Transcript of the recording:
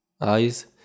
eyes